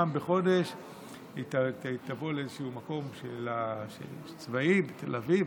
פעם בחודש היא תבוא לאיזשהו מקום צבאי בתל אביב,